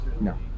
No